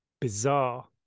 bizarre